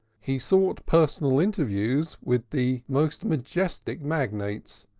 he sought personal interviews with the most majestic magnates,